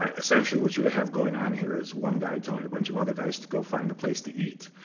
ah essentially, what you have going on here is one guy telling a bunch of other guys to go find a place to eat.